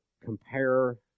compare